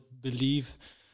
believe